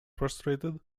frustrated